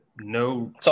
No